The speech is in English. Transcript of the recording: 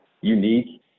unique